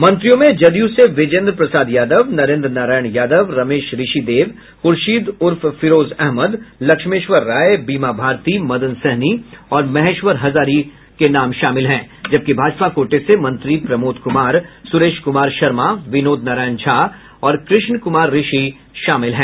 मंत्रियों में जदयू से बिजेंद्र प्रसाद यादव नरेंद्र नारायण यादव रमेश ऋषिदेव खूर्शीद उर्फ फिरोज अहमद लक्ष्मेश्वर राय बीमा भारती मदन सहनी और महेश्वर हजारी हैं जबकि भाजपा कोटे से मंत्री प्रमोद कुमार सुरेश कुमार शर्मा विनोद नारायण झा और कृष्ण कुमार ऋषि शामिल हैं